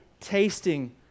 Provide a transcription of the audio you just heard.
tasting